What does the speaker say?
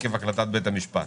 עקב החלטת בית המשפט.